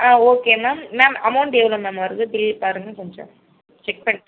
ஆ okay ma'am ma'am amount எவ்வளோ ma'am வருது bill பாருங்கள் கொஞ்சம் செக் பண்ணிட்டு